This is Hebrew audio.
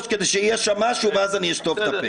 כדי שיהיה שם משהו ואז אני אשטוף את הפה.